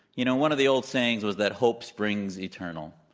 you know, one of the old sayings was that hope springs eternal.